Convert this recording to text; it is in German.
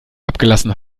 abgelassen